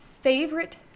favorite